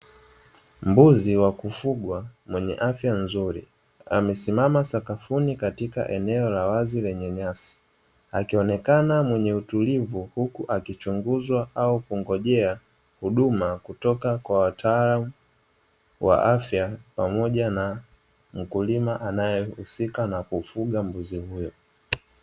Mbuzi wa kufugwa mwenye afya nzuri amesimama sakafuni katika eneo la wazi lenye nyasi, akionekana mwenye utulivu huku akichunguzwa au kungojea huduma kutoka kwa wataalamu wa afya pamoja na mkulima anayehusika na kufuga mbuzi huyo.